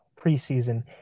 preseason